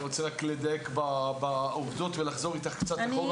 אני רק רוצה לדייק בעובדות ולחזור איתך קצת אחורה,